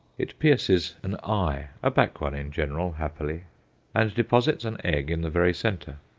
it pierces an eye a back one in general, happily and deposits an egg in the very centre.